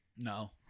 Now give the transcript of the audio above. No